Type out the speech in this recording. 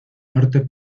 norte